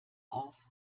auf